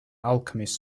alchemist